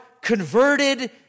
converted